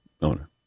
owner